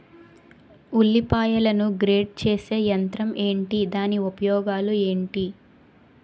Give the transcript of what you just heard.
ఉల్లిపాయలను గ్రేడ్ చేసే యంత్రం ఏంటి? దాని ఉపయోగాలు ఏంటి?